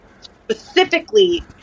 specifically